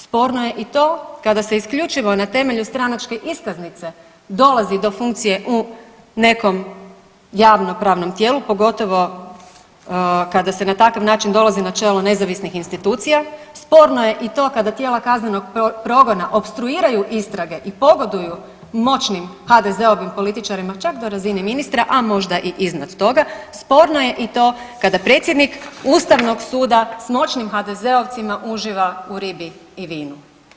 Sporno je i to kada se isključivo na temelju stranačke iskaznice dolazi do funkcije u nekom javnopravnom tijelu, pogotovo kada se na takav način dolazi na čelo nezavisnih institucija, sporno je i to kada tijela kaznenog progona opstruiraju istrage i pogoduju moćnim HDZ-ovim političarima, čak do razine ministra, a možda i iznad toga, sporno je i to kada predsjednik Ustavnog suda s moćnim HDZ-ovcima uživa u ribi i vinu.